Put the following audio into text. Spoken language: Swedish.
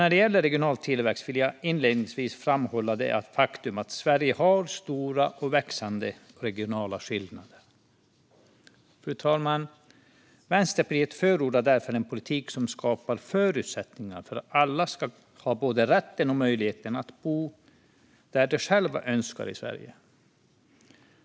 När det gäller utgiftsområdet Regional tillväxt vill jag inledningsvis framhålla det faktum att Sverige har stora och växande regionala skillnader. Vänsterpartiet förordar därför en politik som skapar förutsättningar för att alla ska ha både rätten och möjligheten att bo där de själva önskar i Sverige.